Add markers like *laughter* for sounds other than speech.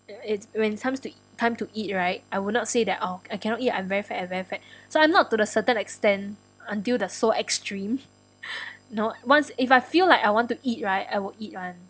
it's when time to time to eat right I will not say that oh I cannot eat I'm very fat I'm very fat *breath* so I'm not to the certain extent until the so extreme *laughs* know once if I feel like I want to eat right I will eat [one]